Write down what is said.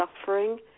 suffering